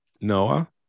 Noah